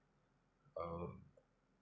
और